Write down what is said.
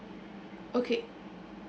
okay